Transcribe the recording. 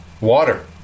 water